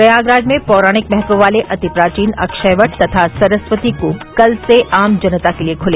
प्रयागराज में पौराणिक महत्व वाले अति प्राचीन अक्षय वट तथा सरस्वती कूप कल से आम जनता के लिये खुले